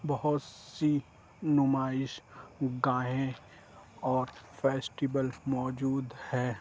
بہت سی نمائش گاہیں اور فیسٹیول موجود ہے